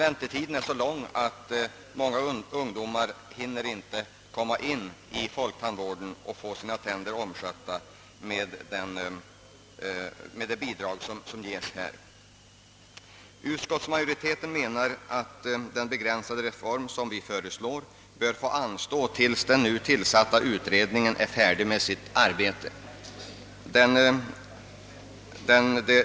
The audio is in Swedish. Väntetiden är emellertid i många fall så lång, att dessa ungdomar inte hinner få sina tänder omskötta under den tid denna reduktion ges. Utskottsmajoriteten anser att den begränsade reform som vi i mittenpartierna föreslår bör få anstå till dess den nu tillsatta utredningen är färdig med sitt arbete.